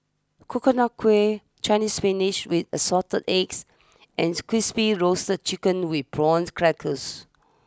Coconut Kuih Chinese spinach with assorted eggs ans Crispy Roasted Chicken with Prawns Crackers